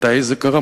מתי זה קרה?